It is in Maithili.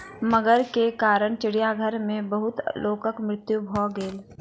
मगर के कारण चिड़ियाघर में बहुत लोकक मृत्यु भ गेल